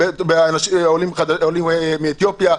עולים מאתיופיה,